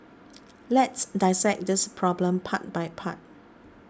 let's dissect this problem part by part